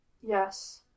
Yes